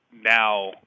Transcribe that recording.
now